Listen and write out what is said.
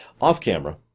off-camera